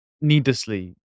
needlessly